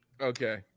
Okay